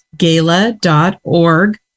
gala.org